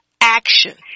action